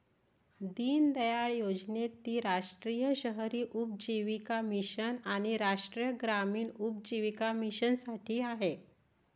दीनदयाळ योजनेत ती राष्ट्रीय शहरी उपजीविका मिशन आणि राष्ट्रीय ग्रामीण उपजीविका मिशनसाठी आहे